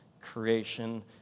Creation